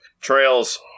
trails